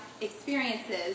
experiences